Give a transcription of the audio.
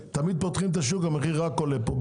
למדתי שתמיד כשפותחים את השוק המחיר רק עולה פה,